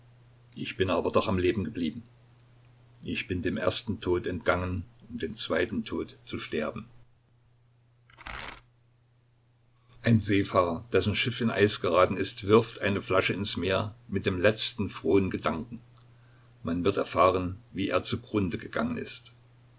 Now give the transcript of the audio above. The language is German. ich bin aber doch am leben geblieben ich bin dem ersten tod entgangen um den zweiten tod zu sterben ein seefahrer dessen schiff in eis geraten ist wirft eine flasche ins meer mit dem letzten frohen gedanken man wird erfahren wie er zugrunde gegangen ist